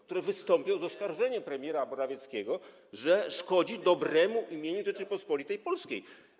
które wystąpią z oskarżeniem wobec premiera Morawieckiego, że szkodzi dobremu imieniu Rzeczypospolitej Polskiej.